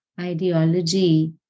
ideology